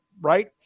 right